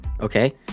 okay